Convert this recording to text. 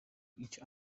each